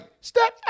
step